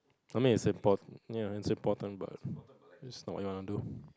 I mean it's import~ ya it's important but it's not what you want to do